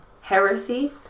heresy